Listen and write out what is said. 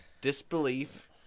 Disbelief